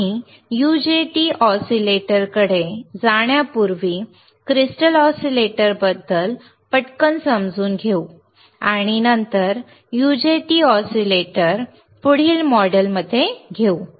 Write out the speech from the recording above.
आम्ही UJT ऑसीलेटरकडे जाण्यापूर्वी क्रिस्टल ऑसिलेटर बद्दल पटकन समजून घेऊ आणि नंतर UJT ऑसीलेटर पुढील मॉड्यूल मध्ये घेऊ